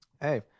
Hey